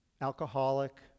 Alcoholic